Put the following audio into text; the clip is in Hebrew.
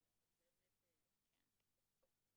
באזור שאני פחות או יותר מתמצא בו ואמרתי,